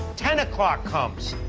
ten o'clock comes.